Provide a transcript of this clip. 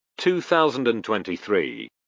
2023